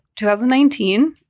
2019